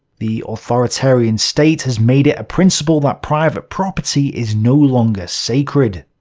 the authoritarian state has made it a principle that private property is no longer sacred.